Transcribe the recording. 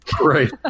Right